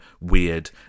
weird